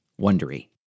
Wondery